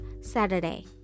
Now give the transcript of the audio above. Saturday